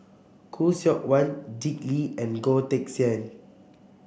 Khoo Seok Wan Dick Lee and Goh Teck Sian